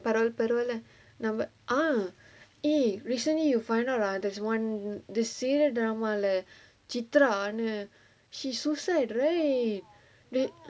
பரவால பரவால நம்ம:paravaala paravaala namma ah eh recently you find out lah that's one the serial drama lah chithra ன்னு:nnu she suicide right